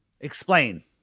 Explain